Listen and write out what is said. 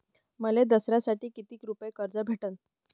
मले दसऱ्यासाठी कितीक रुपये कर्ज भेटन?